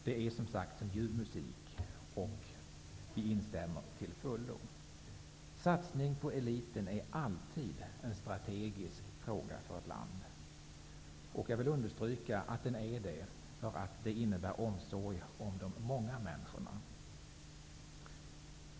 Det är, som sagt, som ljuv musik, och vi instämmer till fullo. Satsning på eliten är alltid en strategisk fråga för ett land. Jag vill understryka att den är det på grund av att det innebär omsorg om de många människorna.